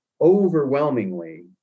overwhelmingly